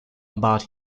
about